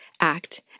act